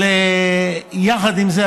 אבל יחד עם זה,